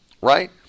right